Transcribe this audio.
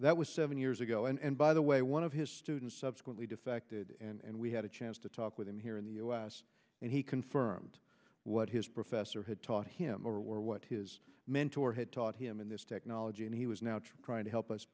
that was seven years ago and by the way one of his students subsequently defected and we had a chance to talk with him here in the u s and he confirmed what his professor had taught him or what his mentor had taught him in this technology and he was now trying to help us